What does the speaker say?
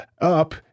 up